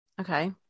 okay